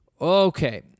Okay